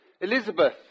Elizabeth